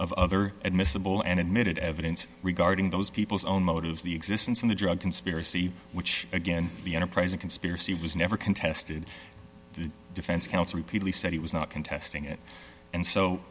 of other admissible and admitted evidence regarding those people's own motives the existence of the drug conspiracy which again the enterprising conspiracy was never contested the defense counsel repeatedly said he was not contesting it and so